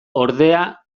ordea